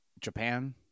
Japan